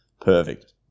Perfect